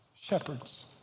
Shepherds